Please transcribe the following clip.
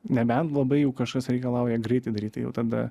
nebent labai jau kažkas reikalauja greitai daryt tai jau tada